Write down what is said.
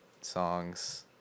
songs